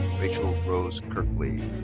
rachel rose kirkley.